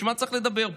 בשביל מה צריך לדבר פה?